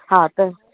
हा त